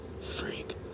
Freak